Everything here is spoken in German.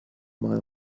mal